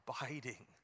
abiding